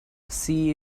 see